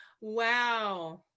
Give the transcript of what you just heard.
wow